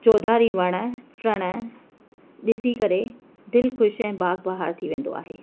चोधारी वण टिण ॾिसी करे दिलि ख़ुशि ऐं बाग बहारु थी वेंदो आहे